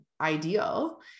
ideal